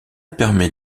permet